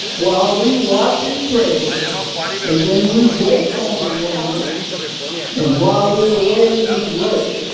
while we watch and pray and then we wait on the lord and while we're waiting, we work.